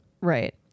Right